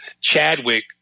Chadwick